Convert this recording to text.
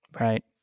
Right